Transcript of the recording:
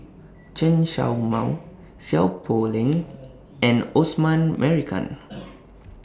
Chen Show Mao Seow Poh Leng and Osman Merican